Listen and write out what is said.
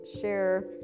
share